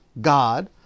God